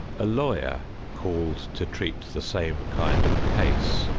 a lawyer called to treat the same kind of a case,